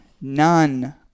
None